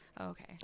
Okay